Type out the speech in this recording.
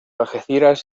algeciras